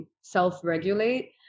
self-regulate